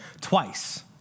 twice